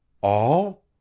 All